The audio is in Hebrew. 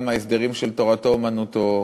גם ההסדרים של תורתו-אומנותו,